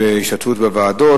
בהשתתפות בוועדות,